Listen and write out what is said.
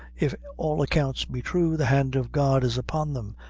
if all accounts be thrue, the hand of god is upon them,